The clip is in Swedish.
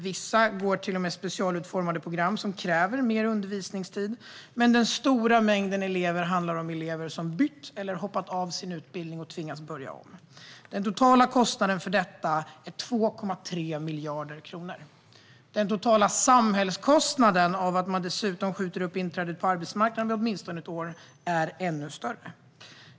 Vissa går till och med på specialutformade program som kräver mer undervisningstid. Men den stora mängden handlar om elever som har bytt eller hoppat av sin utbildning och tvingas börja om. Den totala kostnaden för detta är 2,3 miljarder kronor. Den totala samhällskostnaden för att man dessutom skjuter upp inträdet på arbetsmarknaden med åtminstone ett år är ännu större.